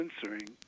censoring